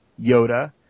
Yoda